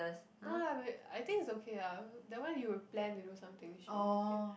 no lah wait I think it's okay ah that one you would plan to do something should be okay